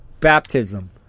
Baptism